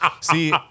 See